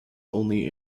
only